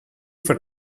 for